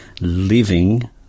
living